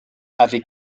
avec